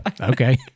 Okay